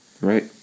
right